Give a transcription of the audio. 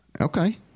Okay